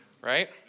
right